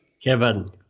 Kevin